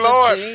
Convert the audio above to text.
Lord